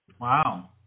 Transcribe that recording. Wow